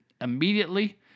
immediately